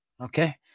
okay